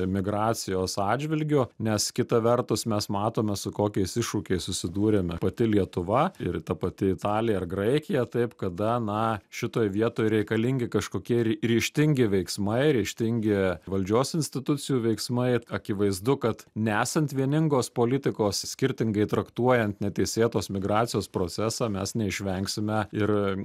migracijos atžvilgiu nes kita vertus mes matome su kokiais iššūkiais susidūrėme pati lietuva ir ta pati italija ar graikija taip kada na šitoj vietoj reikalingi kažkokie ry ryžtingi veiksmai ryžtingi valdžios institucijų veiksmai akivaizdu kad nesant vieningos politikos skirtingai traktuojant neteisėtos migracijos procesą mes neišvengsime ir